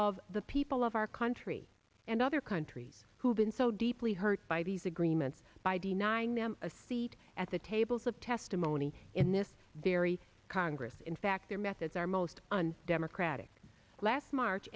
of the people of our country and other countries who have been so deeply hurt by these agreements by denying them a seat at the tables of testimony in this very congress in fact their methods are most democratic last march